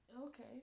Okay